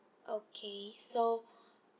okay so